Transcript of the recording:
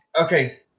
Okay